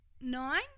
nine